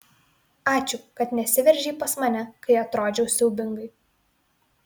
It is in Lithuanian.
ačiū kad nesiveržei pas mane kai atrodžiau siaubingai